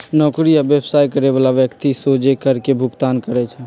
नौकरी आ व्यवसाय करे बला व्यक्ति सोझे कर के भुगतान करइ छै